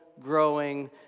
growing